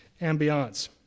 ambiance